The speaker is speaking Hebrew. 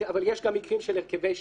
אבל יש גם מקרים של הרכבי שופטים.